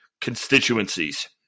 constituencies